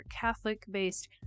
Catholic-based